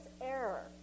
error